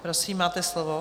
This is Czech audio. Prosím, máte slovo.